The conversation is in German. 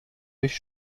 durch